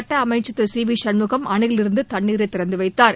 சுட்ட அமைச்சர் திரு சி வி சண்முகம் அணையிலிருந்து தண்ணீரர திறந்துவிட்டார்